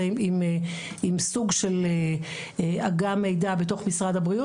עם סוג של אגם מידע בתוך משרד הבריאות,